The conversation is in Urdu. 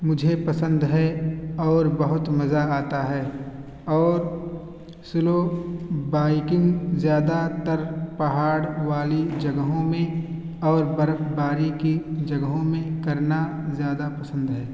مجھے پسند ہے اور بہت مزہ آتا ہے اور سلو بائکنگ زیادہ تر پہاڑ والی جگہوں میں اور برف باری کی جگہوں میں کرنا زیادہ پسند ہے